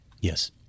Yes